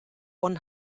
one